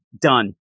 Done